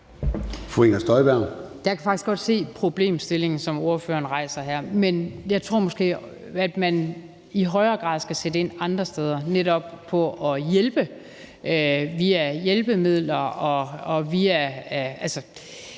Jeg kan faktisk godt se problemstillingen, som ordføreren rejser her, men jeg tror måske, at man i højere grad skal sætte ind andre steder, netop på at hjælpe via hjælpemidler og altså